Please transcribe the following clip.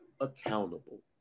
accountable